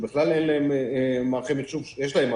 שבכלל אין להם מערכי מחשוב יש להם,